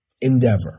endeavor